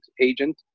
agent